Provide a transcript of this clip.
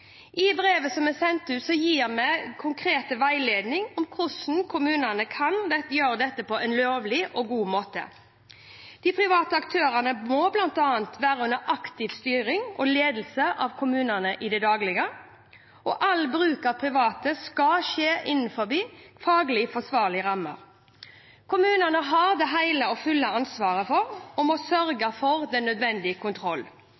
gjøre dette på en lovlig og god måte. De private aktørene må bl.a. være under aktiv styring og ledelse av kommunene i det daglige, og all bruk av private skal skje innenfor faglig forsvarlige rammer. Kommunene har det hele og fulle ansvaret og må sørge for nødvendig kontroll.